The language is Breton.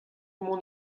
mont